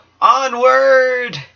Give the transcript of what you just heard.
onward